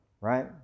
Right